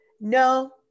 No